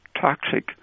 toxic